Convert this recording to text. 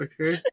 okay